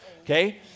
okay